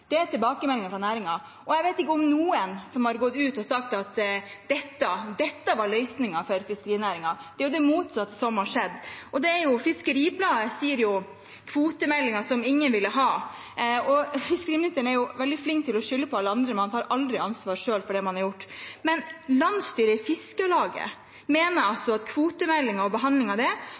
Det er tilbakemeldingen fra næringen. Jeg vet ikke om noen som har gått ut og sagt at dette var løsningen for fiskerinæringen. Det er det motsatte som har skjedd. Fiskeribladet sier: Kvotemeldingen som ingen ville ha. Fiskeriministeren er veldig flink til å skylde på alle andre, men han tar aldri ansvar selv for det man har gjort. Landsstyret i Fiskarlaget mener altså at kvotemeldingen og behandlingen av